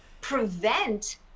prevent